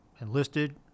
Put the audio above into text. enlisted